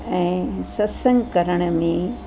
ऐं सतसंगु करण में